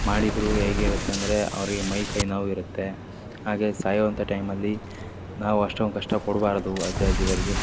ಮಾಡಿದರೂ ಹೇಗ್ ಇರುತ್ತೆ ಅಂದರೆ ಅವ್ರಿಗೆ ಮೈಕೈ ನೋವು ಇರುತ್ತೆ ಹಾಗೇ ಸಾಯೋವಂಥ ಟೈಮಲ್ಲಿ ನಾವು ಅಷ್ಟೊಂದು ಕಷ್ಟ ಕೊಡಬಾರ್ದು ಅಜ್ಜ ಅಜ್ಜಿಗರಿಗೆ